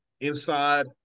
inside –